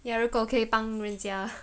ya 如果我可以帮人家